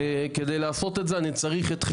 אם אתם